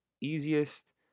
easiest